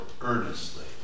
earnestly